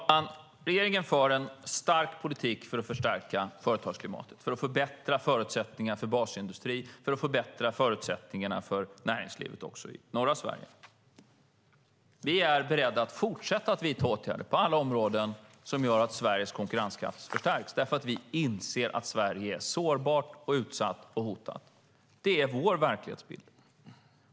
Herr talman! Regeringen för en stark politik för att förstärka företagsklimatet, för att förbättra förutsättningarna för basindustrin och för att förbättra förutsättningarna för näringslivet också i norra Sverige. Vi är beredda att fortsätta att vidta åtgärder på alla områden som gör att Sveriges konkurrenskraft förstärks, för vi inser att Sverige är sårbart, utsatt och hotat. Det är vår verklighetsbild.